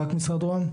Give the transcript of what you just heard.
רק משרד ראה"מ?